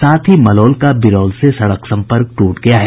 साथ ही मलौल का बिरौल से सड़क सम्पर्क ट्रट गया है